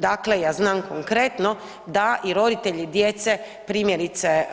Dakle, ja znam konkretno da i roditelji djece primjerice